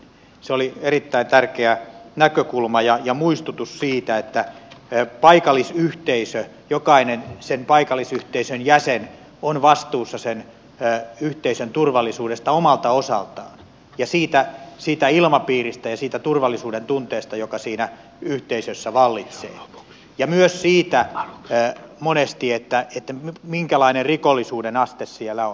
se oli erittäin tärkeä näkökulma ja muistutus siitä että paikallisyhteisö jokainen sen paikallisyhteisön jäsen on vastuussa yhteisön turvallisuudesta omalta osaltaan ja siitä ilmapiiristä ja siitä turvallisuudentunteesta joka siinä yhteisössä vallitsee ja monesti myös siitä minkälainen rikollisuuden aste siellä on